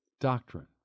doctrine